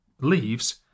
leaves